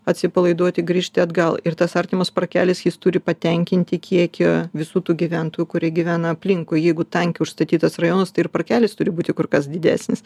atsipalaiduoti grįžti atgal ir tas artimas parkelis jis turi patenkinti kiekį visų tų gyventojų kurie gyvena aplinkui jeigu tankiai užstatytas rajonas tai ir parkelis turi būti kur kas didesnis